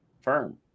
firm